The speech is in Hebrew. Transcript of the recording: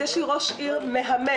יש לי ראש עירייה מהמם,